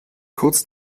kurz